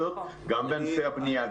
גם בענפי הבנייה,